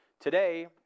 today